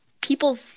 people